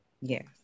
Yes